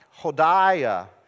Hodiah